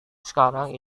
sekarang